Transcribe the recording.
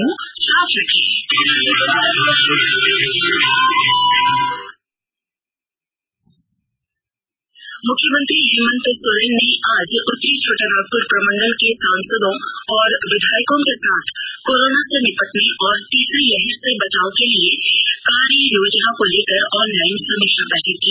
मुख्यमंत्री हेमंत सोरेन ने आज उतरी छोटानागपुर प्रमंडल के सांसदों और विधायकों के साथ कोरोना से निपटने और तीसरी लहर से बचाव के लिए कार्य योजना को लेकर ऑनलाइन समीक्षा बैठक की